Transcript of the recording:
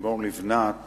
לימור לבנת